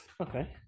okay